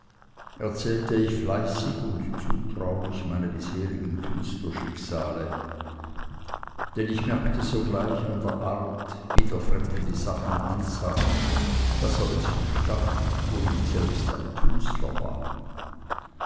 erzählte ich fleißig und zutraulich meine bisherigen künstlerschicksale denn ich merkte sogleich an der art wie der fremde die sachen ansah daß er es verstand wo nicht selbst ein künstler war